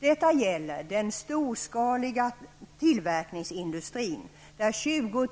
Detta gäller den storskaliga tillverkningsindustrin där 20